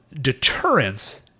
deterrence